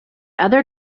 other